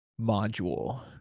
module